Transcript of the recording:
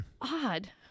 Odd